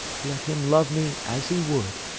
let him love me as he would.